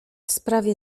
sprawie